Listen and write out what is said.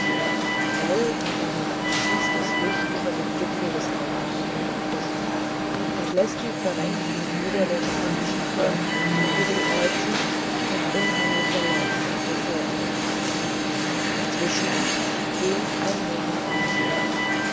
grell aber matt schießt das licht über den gipfel des kalvarienberges und läßt die verrenkten glieder der beiden schacher an ihren kreuzen mit unheimlicher leuchtkraft hervortreten dazwischen gähnt ein leerer raum